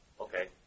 Okay